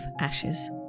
ashes